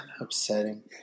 Upsetting